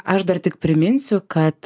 aš dar tik priminsiu kad